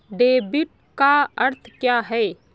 Debit का अर्थ क्या है?